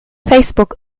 facebook